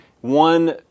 one